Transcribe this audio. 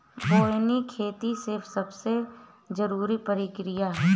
बोअनी खेती के सबसे जरूरी प्रक्रिया हअ